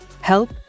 help